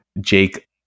Jake